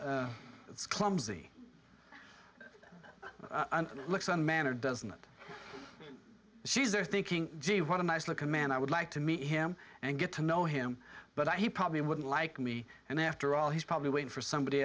that's clumsy and looks on manager doesn't she's there thinking gee what a nice looking man i would like to meet him and get to know him but he probably wouldn't like me and after all he's probably wait for somebody